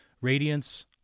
Radiance